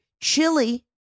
chili